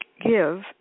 give